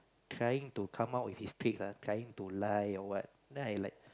trying to come up with his tricks ah trying to lie or what then I like